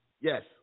Yes